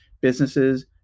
businesses